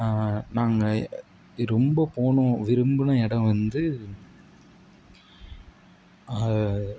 நாங்கள் ரொம்ப போகணும் விரும்பின இடம் வந்து